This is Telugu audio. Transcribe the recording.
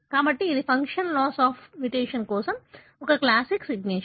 కాబట్టి ఇది ఫంక్షన్ లాస్ ఆఫ్ మ్యుటేషన్ కోసం ఒక క్లాసిక్ సిగ్నేచర్